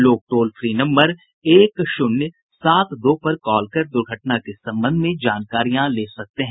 लोग toll free number एक शून्य सात दो पर कॉल कर दुर्घटना के संबंध में जानकारियां ले सकते हैं